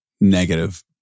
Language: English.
negative